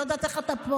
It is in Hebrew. לא יודעת איך אתה פה,